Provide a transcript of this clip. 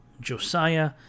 Josiah